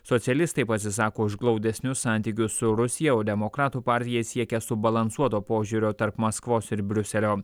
socialistai pasisako už glaudesnius santykius su rusija o demokratų partija siekia subalansuoto požiūrio tarp maskvos ir briuselio